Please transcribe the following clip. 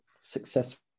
successful